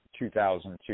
2002